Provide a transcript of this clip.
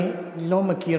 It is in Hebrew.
אני לא מכיר,